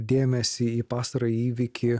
dėmesį į pastarąjį įvykį